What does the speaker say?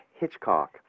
Hitchcock